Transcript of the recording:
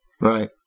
Right